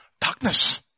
Darkness